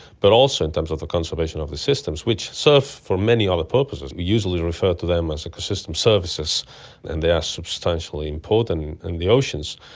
but also in terms of the conservation of the systems, which serve for many other purposes. we usually refer to them as like system services and they are substantially important in the oceans.